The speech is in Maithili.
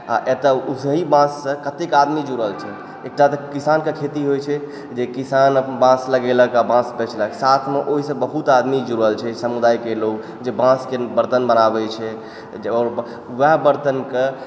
आ एतऽ उझही बांस सऽ कतेक आदमी जुड़ल छै एकटा तऽ किसान कऽ खेती होइ छै जे किसान बाॅंस लगेलक आ बाॅंस बेचलक साथमे ओहि सऽ बहुत आदमी जुड़ल छै समुदाय के लोग जे बाॅंस के बर्तन बनाबै छै वएह बरतनके